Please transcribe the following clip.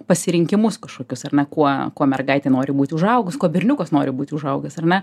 pasirinkimus kažkokius ar ne kuo kuo mergaitė nori būti užaugus kuo berniukas nori būti užaugęs ar ne